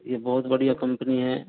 ये बहुत बढ़िया कंपनी है